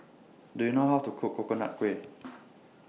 Do YOU know How to Cook Coconut Kuih